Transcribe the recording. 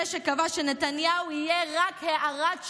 זה שקבע שנתניהו יהיה רק הערת שוליים.